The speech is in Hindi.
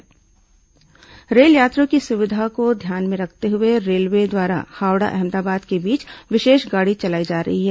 ट्रेन सुविधा रेल यात्रियों की सुविधा को ध्यान में रखते हए रेलवे द्वारा हावड़ा अहमदाबाद के बीच विशेष गाड़ी चलाई जा रही है